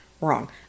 Wrong